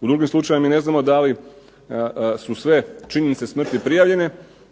U drugim slučajevima mi ne znamo da li su sve činjenice smrti prijavljene,